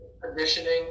conditioning